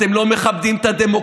אתם לא מכבדים את הדמוקרטיה,